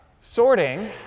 sorting